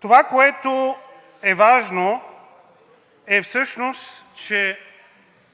Това, което е важно, е, всъщност, че